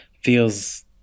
feels